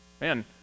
Man